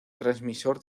transmisor